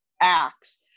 acts